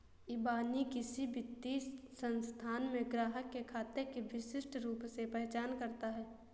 इबानी किसी वित्तीय संस्थान में ग्राहक के खाते की विशिष्ट रूप से पहचान करता है